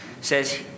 says